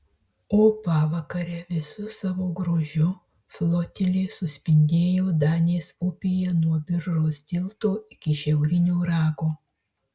o pavakare visu savo grožiu flotilė suspindėjo danės upėje nuo biržos tilto iki šiaurinio rago